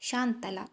Shantala